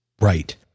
right